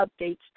updates